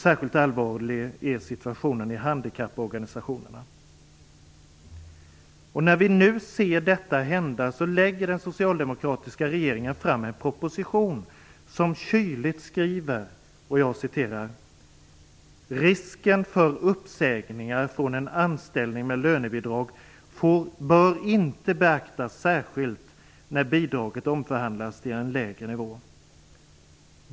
Särskilt allvarlig är situationen i handikapporganisationerna. När vi nu ser detta hända lägger den socialdemokratiska regeringen fram en proposition i vilken man kyligt skriver: "Risken för uppsägningar från en anställning med lönebidrag bör inte beaktas särskilt när bidraget omförhandlas till en lägre nivå."